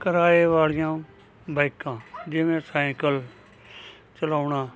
ਕਿਰਾਏ ਵਾਲੀਆਂ ਬਾਈਕਾਂ ਜਿਵੇਂ ਸੈਂਕਲ ਚਲਾਉਣਾ